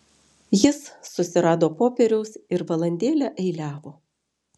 jis susirado popieriaus ir valandėlę eiliavo